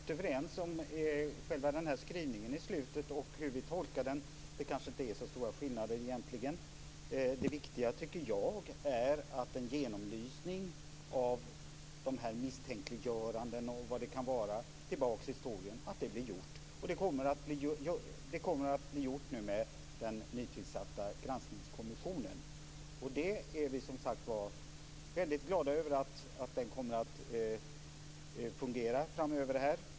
Fru talman! Vi är helt överens om skrivningen och hur vi tolkar den. Det kanske egentligen inte är så stora skillnader. Det viktiga, tycker jag, är att det görs en genomlysning av misstänkliggörandena. Det kommer att göras av den nytillsatta granskningskommissionen. Vi är som sagt väldigt glada över att den kommer att fungera framöver.